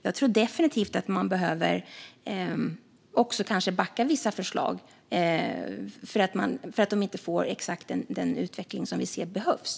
Jag tror definitivt att man behöver backa vissa förslag för att de inte ger den utveckling som vi ser behövs.